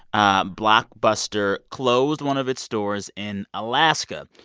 ah blockbuster closed one of its stores in alaska,